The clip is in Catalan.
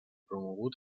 promogut